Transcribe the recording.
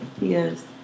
Yes